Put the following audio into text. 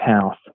house